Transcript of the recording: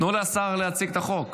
תנו לשר להציג את החוק.